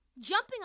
Jumping